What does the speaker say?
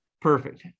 Perfect